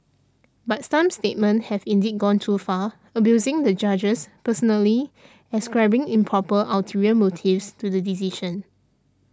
but some statements have indeed gone too far abusing the judges personally ascribing improper ulterior motives to the decision